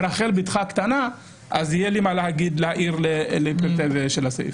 ברחל בתך הקטנה, אז יהיה לי מה להעיר לפרטי הסעיף.